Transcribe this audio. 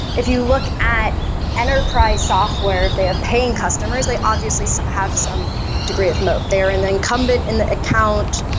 if you look at enterprise software, if they have paying customers, they obviously so have some degree of moat. they are and an incumbent in the account.